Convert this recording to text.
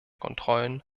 kontrollen